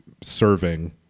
serving